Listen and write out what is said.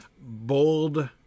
bold